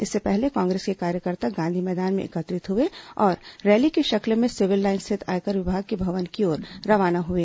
इससे पहले कांग्रेस के कार्यकर्ता गांधी मैदान में एकत्र हुए और रैली की शक्ल में सिविल लाइन स्थित आयकर विभाग के भवन की ओर रवाना हुए